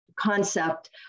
Concept